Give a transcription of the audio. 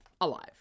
alive